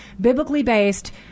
biblically-based